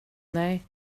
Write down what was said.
nej